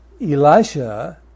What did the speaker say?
Elisha